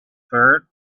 ferret